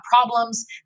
problems